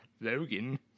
Logan